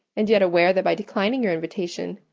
and yet aware that by declining your invitation,